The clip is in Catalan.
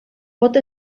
pot